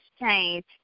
change